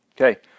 Okay